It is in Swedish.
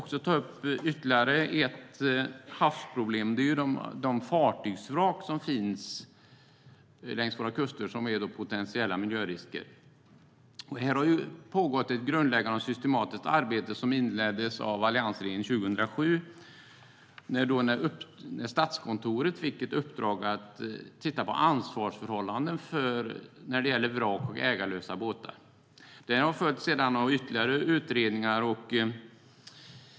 Jag ska ta upp ytterligare ett havsproblem, nämligen de fartygsvrak som finns längs våra kuster och är potentiella miljörisker. Här har pågått ett grundläggande och systematiskt arbete som inleddes av alliansregeringen 2007, då Statskontoret fick i uppdrag att titta på ansvarsförhållanden när det gäller vrak och ägarlösa båtar. Detta har sedan följts av ytterligare utredningar.